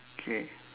K